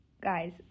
Guys